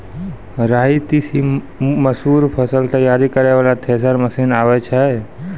राई तीसी मसूर फसल तैयारी करै वाला थेसर मसीन आबै छै?